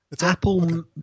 apple